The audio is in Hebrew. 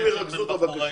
הם ירכזו את הבקשות,